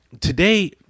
Today